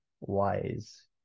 wise